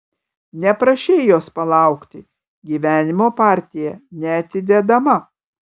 neprašei jos palaukti gyvenimo partija neatidedama